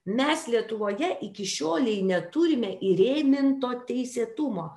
mes lietuvoje iki šiolei neturime įrėminto teisėtumo